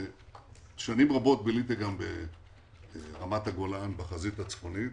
שנים רבות ביליתי גם ברמת הגולן בחזית הצפונית,